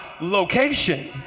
location